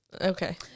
okay